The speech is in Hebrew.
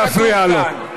נא לא להפריע לו.